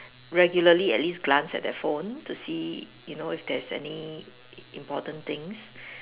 regularly at least glance at the phone to see you know if there is any important things